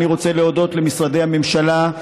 אני רוצה להודות למשרדי הממשלה,